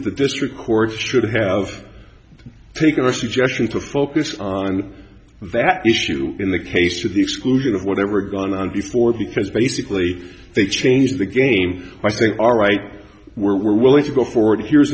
the district court should have taken our suggestion to focus on that issue in the case to the exclusion of whatever gone on before because basically they changed the game i think all right we're willing to go forward here's